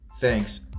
Thanks